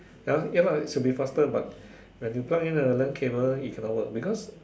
ya ya lah should be faster but if you pluck in the land cable then it cannot work because